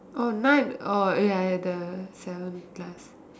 oh night uh ya ya the seven plus